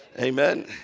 Amen